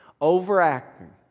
Overacting